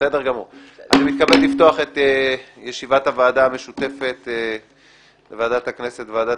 אני מתכבד לפתוח את ישיבת הוועדה המשותפת לוועדת הכנסת ולוועדת